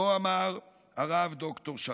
כה אמר הרב ד"ר שלום.